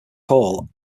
hall